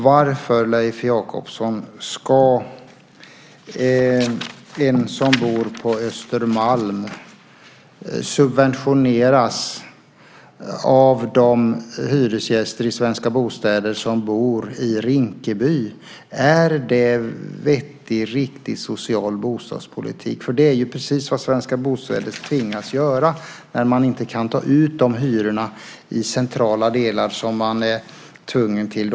Varför, Leif Jakobsson, ska en hyresgäst som bor på Östermalm subventioneras av de hyresgäster i Svenska Bostäder som bor i Rinkeby? Är det vettig och riktig social bostadspolitik? Det är precis vad Svenska Bostäder tvingas göra när man inte kan ta ut hyrorna i centrala delar som man är tvungen till.